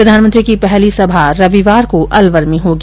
प्रधानमंत्री की पहली सभा रविवार को अलवर में होगी